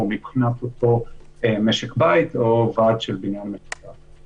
מבחינת אותו משק בית או ועד של בניין משותף.